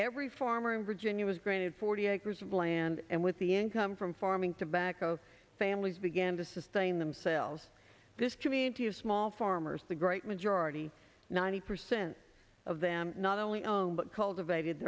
every farmer in virginia was granted forty acres of land and with the income from farming tobacco families began to sustain themselves this community of small farmers the great majority ninety percent of them not only own but cultivated